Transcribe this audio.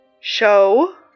Show